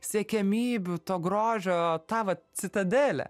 siekiamybių to grožio tą vat citadelę